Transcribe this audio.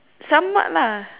somewhat lah